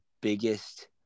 biggest